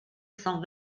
cent